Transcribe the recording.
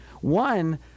one –